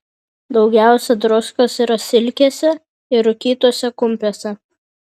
daugiausia druskos yra silkėse ir rūkytuose kumpiuose